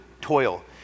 toil